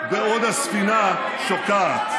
בעוד הספינה שוקעת.